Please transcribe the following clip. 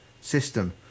system